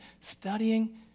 studying